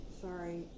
Sorry